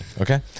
okay